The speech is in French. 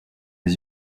les